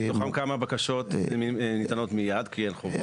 יפה, מתוכן כמה בקשות ניתנות מייד כי אין חובות?